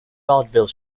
vaudeville